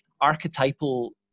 archetypal